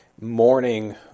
morning